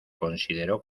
consideró